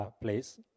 place